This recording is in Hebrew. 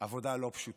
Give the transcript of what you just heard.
עבודה לא פשוטה.